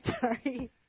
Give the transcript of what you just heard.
sorry